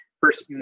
first